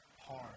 hard